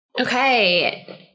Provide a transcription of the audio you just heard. Okay